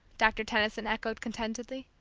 doctor tenison echoed contentedly.